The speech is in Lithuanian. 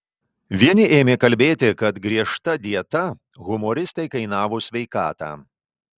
vieni ėmė kalbėti kad griežta dieta humoristei kainavo sveikatą